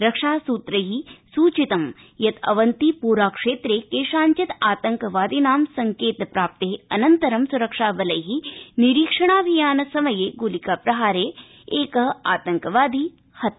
रक्षासूत्रै सूचितम् यत् अवन्तीपोराक्षेत्रे केषांचित् आतंकवादिनां संकेतप्राप्तेरनन्तरं सुरक्षाबलै निरीक्षणाभियानसमये गोलिका प्रहारे एक आतंकवादी हत